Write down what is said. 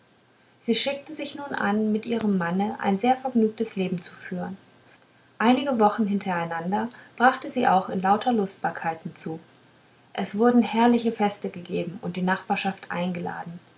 sie schickte sich nun an mit ihrem manne ein sehr vergnügtes leben zu führen einige wochen hintereinander brachte sie auch in lauter lustbarkeiten zu es wurden herrliche feste gegeben und die nachbarschaft eingeladen